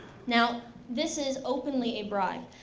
now this is openly a bribe.